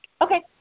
Okay